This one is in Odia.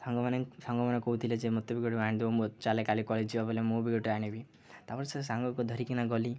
ସାଙ୍ଗମାନେ ସାଙ୍ଗମାନେ କହୁଥିଲେ ଯେ ମତେ ବି ଗୋଟେ ଆଣିଦେବ ମୁ ମ ଚାଲେ କାଲି କ ଯିବ ବଲେ ମୁଁ ବି ଗୋଟେ ଆଣିବି ତାପରେ ସେ ସାଙ୍ଗକୁ ଧରିକିନା ଗଲି